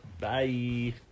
Bye